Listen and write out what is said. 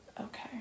Okay